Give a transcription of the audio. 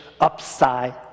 upside